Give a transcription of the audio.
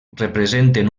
representen